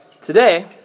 today